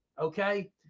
okay